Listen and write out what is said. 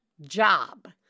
job